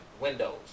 windows